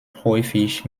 häufig